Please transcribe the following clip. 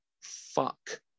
Fuck